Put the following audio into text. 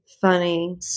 funny